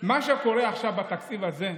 מה שקורה עכשיו בתקציב הזה,